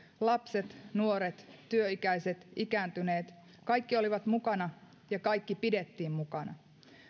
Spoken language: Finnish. lapset nuoret työikäiset ikääntyneet kaikki olivat mukana ja kaikki pidettiin mukana